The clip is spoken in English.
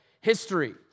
history